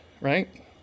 right